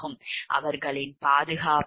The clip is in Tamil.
அவர்களின் பாதுகாப்பு